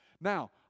Now